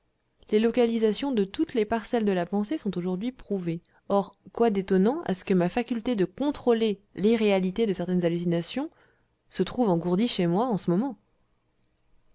les localisations de toutes les parcelles de la pensée sont aujourd'hui prouvées or quoi d'étonnant à ce que ma faculté de contrôler l'irréalité de certaines hallucinations se trouve engourdie chez moi en moment